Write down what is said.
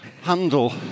handle